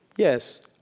yes.